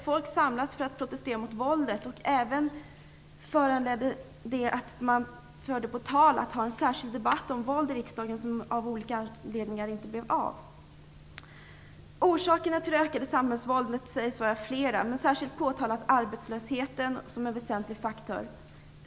Folk samlas för att protestera mot våldet. Det har även föranlett att man förde på tal att ha en särskild debatt i riksdagen om våldet, även om denna debatt av olika anledningar inte blev av. Orsakerna till det ökade samhällsvåldet sägs vara flera, men särskilt påtalas arbetslösheten som en väsentlig faktor.